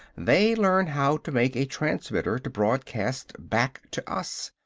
they learn how to make a transmitter to broadcast back to us.